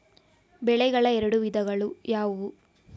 ಬೆಳೆಗಳ ಎರಡು ವಿಧಗಳು ಯಾವುವು?